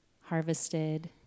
harvested